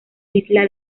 isla